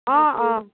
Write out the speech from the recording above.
অ' অ'